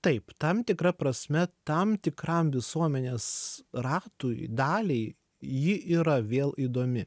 taip tam tikra prasme tam tikram visuomenės ratui daliai ji yra vėl įdomi